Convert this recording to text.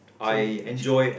so which